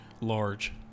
large